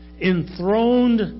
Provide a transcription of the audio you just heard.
enthroned